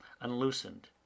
unloosened